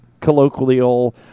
colloquial